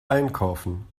einkaufen